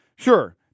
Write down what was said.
Sure